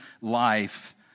life